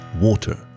water